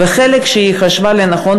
והחלק שהיא חשבה לנכון,